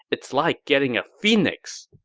it's like getting a phoenix!